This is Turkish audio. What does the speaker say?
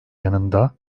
yanında